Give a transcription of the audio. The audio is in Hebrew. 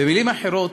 במילים אחרות,